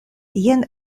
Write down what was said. jen